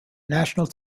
national